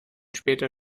später